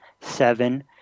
seven